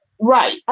Right